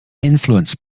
influenced